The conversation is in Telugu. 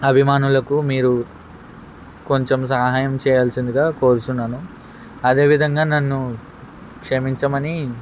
అభిమానులకు మీరు కొంచెం సహాయం చేయాల్సిందిగా కోరుచున్నాను అదేవిధంగా నన్ను క్షమించమనీ